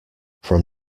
from